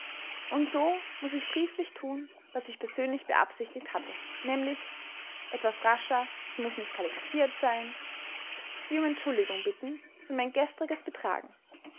und so muß ich brieflich tun was ich persönlich beabsichtigt hatte nämlich etwas rascher es muß nicht kalligraphiert sein sie um entschuldigung bitten für mein gestriges betragen